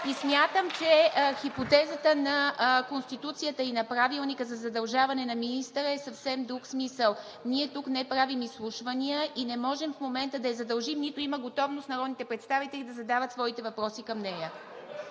Смятам, че хипотезата на Конституцията и на Правилника за задължаване на министъра е в съвсем друг смисъл. Ние тук не правим изслушвания и не можем в момента да я задължим, нито имат готовност народните представители да задават своите въпроси към нея.